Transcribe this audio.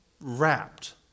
wrapped